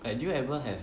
like did you ever have